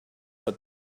but